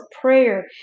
prayer